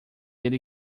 ele